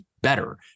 better